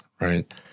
right